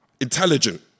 intelligent